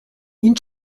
این